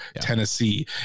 Tennessee